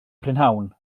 prynhawn